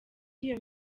iyo